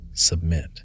submit